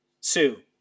Sue